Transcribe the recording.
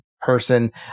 person